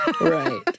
right